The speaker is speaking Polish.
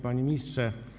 Panie Ministrze!